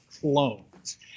clones